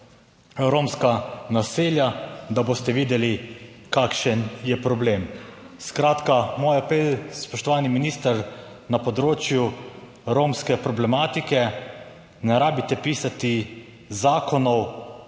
romska naselja, da boste videli kakšen je problem. Skratka, moj apel, spoštovani minister, na področju romske problematike ne rabite pisati zakonov,